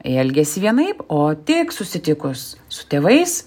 elgiasi vienaip o tik susitikus su tėvais